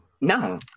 No